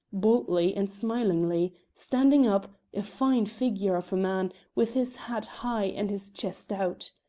boldly, and smilingly, standing up, a fine figure of a man, with his head high and his chest out.